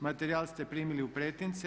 Materijal ste primili u pretince.